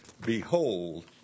Behold